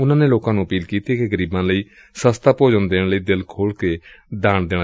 ਉਨੂਾ ਨੇ ਲੋਕਾ ਨੂੰ ਅਪੀਲ ਕੀਤੀ ਕਿ ਗਰੀਬਾ ਲਈ ਸਸਤਾ ਭੌਜਨ ਦੇਣ ਲਈ ਦਿਲ ਖੋਲੁ ਕੇ ਦਾਨ ਦੇਣ